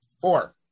Four